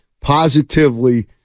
positively